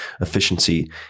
Efficiency